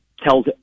tells